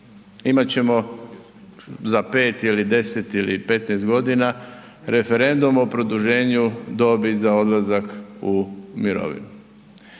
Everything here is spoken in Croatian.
Imat ćemo za 5 ili 10 ili 15 godina referendum o produženju dobi za odlazak u mirovinu.